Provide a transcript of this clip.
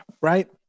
right